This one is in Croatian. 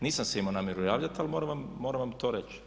Nisam se imao namjeru javljati, ali moram vam to reći.